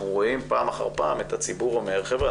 אנחנו רואים פעם אחר פעם את הציבור אומר: חבר'ה,